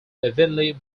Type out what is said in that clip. evenly